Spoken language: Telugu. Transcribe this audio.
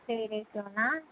త్రీ డేస్ లోనా